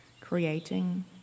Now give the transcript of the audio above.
creating